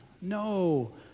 no